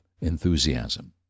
enthusiasm